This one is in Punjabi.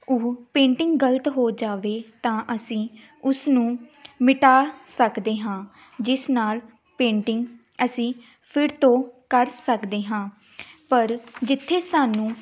ਉਹ ਪੇਂਟਿੰਗ ਗਲਤ ਹੋ ਜਾਵੇ ਤਾਂ ਅਸੀਂ ਉਸ ਨੂੰ ਮਿਟਾ ਸਕਦੇ ਹਾਂ ਜਿਸ ਨਾਲ ਪੇਂਟਿੰਗ ਅਸੀਂ ਫਿਰ ਤੋਂ ਕਰ ਸਕਦੇ ਹਾਂ ਪਰ ਜਿੱਥੇ ਸਾਨੂੰ